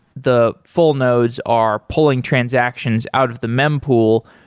the full nodes are pulling transactions out of the mem pool.